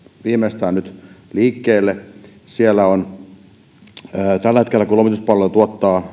viimeistään nyt liikkeelle tällä hetkellä lomituspalveluiden